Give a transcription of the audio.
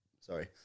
sorry